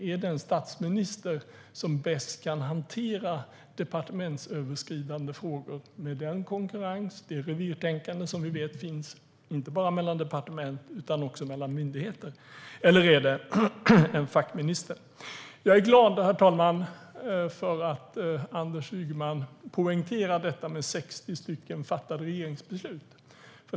Är det en statsminister som bäst kan hantera departementsöverskridande frågor, med den konkurrens och det revirtänkande som vi vet finns inte bara mellan departement utan också mellan myndigheter, eller är det en fackminister? Herr talman! Jag är glad för att Anders Ygeman poängterar detta med 60 fattade regeringsbeslut.